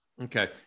Okay